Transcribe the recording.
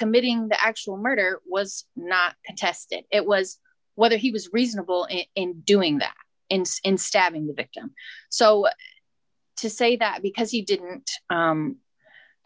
committing the actual murder was not tested it was whether he was reasonable and in doing that in since stabbing the victim so to say that because he didn't